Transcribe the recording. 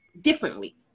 differently